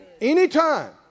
Anytime